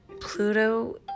Pluto